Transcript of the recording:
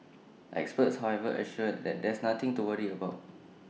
experts however assure that there's nothing to worry about